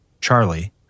Charlie